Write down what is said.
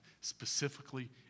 specifically